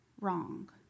wrong